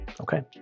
Okay